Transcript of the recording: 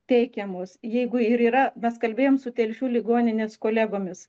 teikiamos jeigu ir yra mes kalbėjom su telšių ligoninės kolegomis